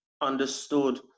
understood